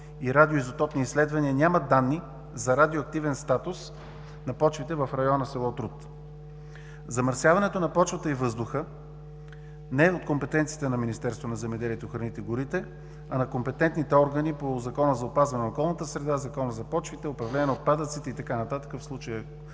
и радиоизотопни изследвания няма данни за радиоактивен статус на почвите в района на село Труд. Замърсяването на почвата и въздуха не е от компетенцията на Министерството на земеделието, храните и горите, а на компетентните органи по Закона за опазване на околната среда, Закона за почвите, Закона за управление на отпадъците и така нататък, в